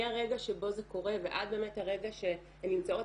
מהרגע שבו זה קורה ועד הרגע שהן נמצאות